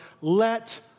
let